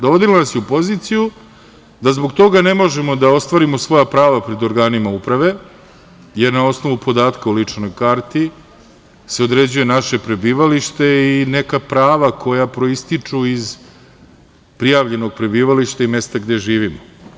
Dovodila nas je u poziciju da zbog ne možemo da ostvarimo svoja prava pred organima uprave, jer na osnovu podatka o ličnoj karti se određuje naše prebivalište i neka prava koja proističu iz prijavljenog prebivališta i mesta gde živimo.